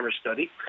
study